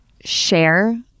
share